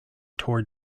tore